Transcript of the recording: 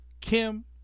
Kim